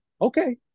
okay